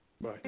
Bye